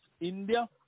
India